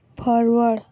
forward